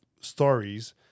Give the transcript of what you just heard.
stories